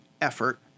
effort